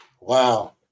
Wow